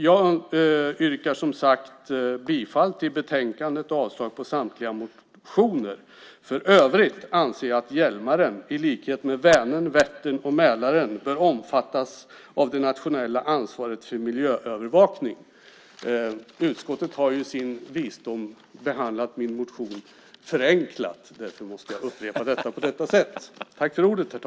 Jag yrkar bifall till utskottets förslag i betänkandet och avslag på samtliga motioner. För övrigt anser jag att Hjälmaren i likhet med Vänern, Vättern och Mälaren bör omfattas av det nationella ansvaret för miljöövervakning. Utskottet har i sin visdom behandlat min motion förenklat. Det är därför jag måste upprepa detta på det här sättet.